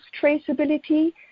traceability